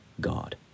God